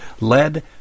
lead